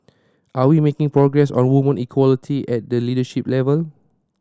are we making progress on women equality at the leadership level